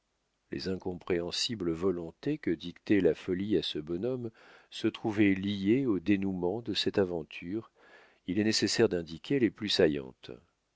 les incompréhensibles volontés que dictait la folie à ce bonhomme se trouvant liées au dénoûment de cette aventure il est nécessaire d'indiquer les plus saillantes